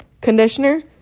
Conditioner